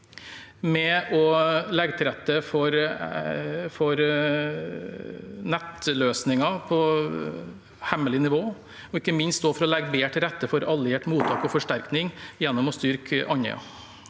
legge til rette for nettløsninger på hemmelig nivå og ikke minst også legge bedre til rette for alliert mottak og forsterkning gjennom å styrke Andøya.